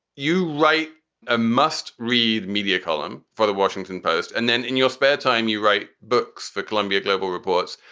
you write a must read media column for the washington post. and then in your spare time, you write books for columbia global reports.